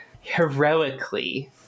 heroically